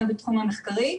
גם בתחום המחקרי,